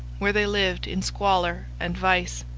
where they lived in squalor and vice.